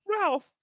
Ralph